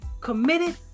committed